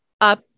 up